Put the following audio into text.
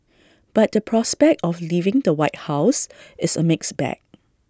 but the prospect of leaving the white house is A mixed bag